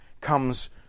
comes